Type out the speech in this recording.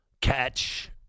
catch